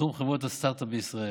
בתחום חברות הסטרט-אפ בישראל.